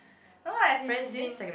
no lah as in she's been